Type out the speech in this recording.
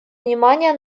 внимание